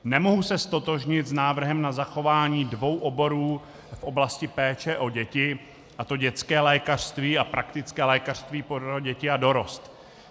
Nemohu se ztotožnit s návrhem na zachování dvou oborů v oblasti péče o děti, a to dětské lékařství a praktické lékařství pro děti a dorost.